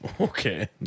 Okay